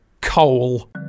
coal